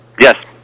Yes